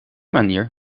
manier